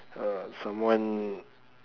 uh someone